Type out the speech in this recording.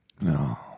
No